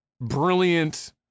brilliant